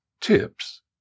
tips